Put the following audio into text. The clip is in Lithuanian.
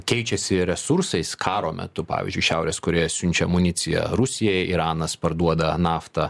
keičiasi ir resursais karo metu pavyzdžiui šiaurės korėja siunčia amuniciją rusijai iranas parduoda naftą